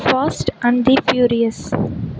fast and the furious